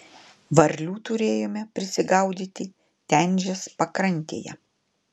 varlių turėjome prisigaudyti tenžės pakrantėje